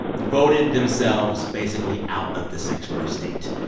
voted themselves basically out of the sanctuary state.